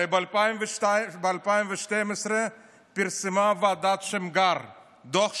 הרי ב-2012 פרסמה ועדת שמגר את דוח שמגר,